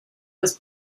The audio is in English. was